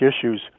issues